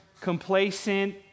complacent